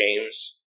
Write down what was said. games